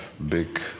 big